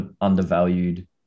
undervalued